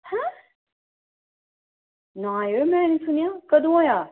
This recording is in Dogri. हैं ना यरो में निं सुनेआ कदूं होए आ